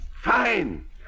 Fine